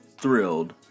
thrilled